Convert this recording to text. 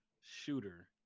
shooter